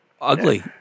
Ugly